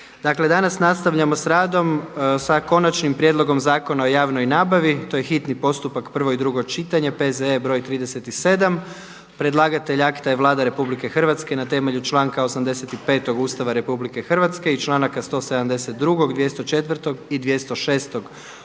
Dakle danas nastavljamo sa radom sa: - Konačni prijedlog Zakona o javnoj nabavi, hitni postupak, prvo i drugo čitanje, P.Z.E.BR.37. Predlagatelj akata je Vlada Republike Hrvatske na temelju članka 85. Ustava RH i članaka 172., 204. i 206.